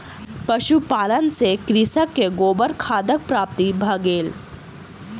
पशुपालन सॅ कृषक के गोबर खादक प्राप्ति भ गेल